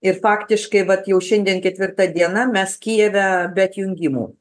ir faktiškai vat jau šiandien ketvirta diena mes kijeve be atjungimų